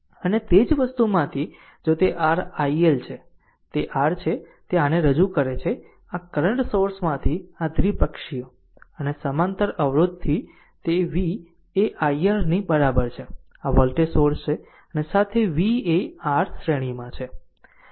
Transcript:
અને તે જ વસ્તુમાંથી જો તે r iL છે તે r છે તે આને રજૂ કરે છે કે આ કરંટ સોર્સમાંથી આ દ્વિપક્ષીય અને આ સમાંતર અવરોધથી તે v એ i R ની બરાબર છે આ વોલ્ટેજ સોર્સ છે અને સાથે v એ આ R શ્રેણીમાં છે